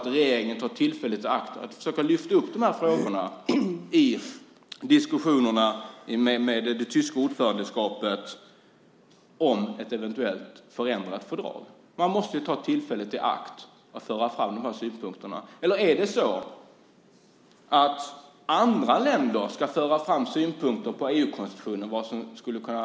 Regeringen borde ta tillfället i akt och försöka lyfta upp frågorna i diskussionerna med det tyska ordförandeskapet om ett eventuellt förändrat fördrag. Man måste ta tillfället i akt och föra fram dessa synpunkter. Är det kanske så att andra länder ska föra fram synpunkter på vad som skulle kunna förändras i EU-konstitutionen?